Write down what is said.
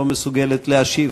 לא מסוגלת להשיב,